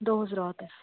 دۄہَس راتَس